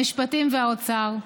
המשפטים והאוצר.